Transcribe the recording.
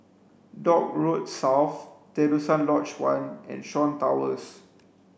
Dock Road South Terusan Lodge One and Shaw Towers